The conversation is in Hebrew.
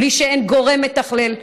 בלי שאין גורם מתכלל.